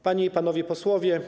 Panie i Panowie Posłowie!